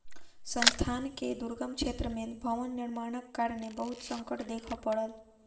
संस्थान के दुर्गम क्षेत्र में भवन निर्माणक कारणेँ बहुत संकट देखअ पड़ल